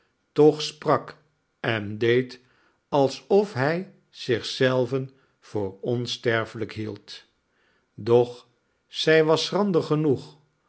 toch sprak en deed alsof hij zich zelven voor onsterfelijk hield doch zij was schrander genoeg